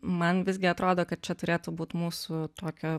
man visgi atrodo kad čia turėtų būt mūsų tokio